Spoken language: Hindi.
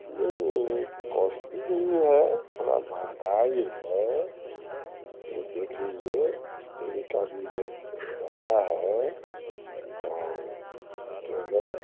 नहीं कॉस्टली नहीं है थोड़ी महँगाई है वह देख लीजिए तेल का भी रेट ज़्यादा है और ट्रेवलर